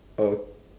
oh